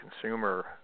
consumer